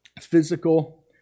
physical